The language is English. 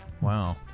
Wow